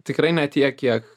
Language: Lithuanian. tikrai ne tiek kiek